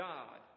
God